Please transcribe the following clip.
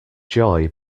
joy